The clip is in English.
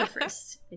First